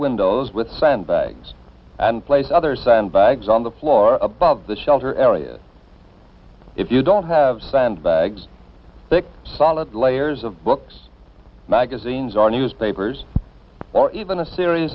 windows with sandbags and place other sandbags on the floor above the shelter area if you don't have sandbags thick solid layers of books magazines or newspapers or even a series